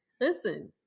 Listen